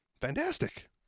Fantastic